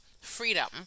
freedom